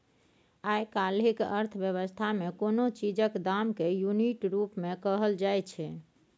आइ काल्हिक अर्थ बेबस्था मे कोनो चीजक दाम केँ युनिट रुप मे कहल जाइ छै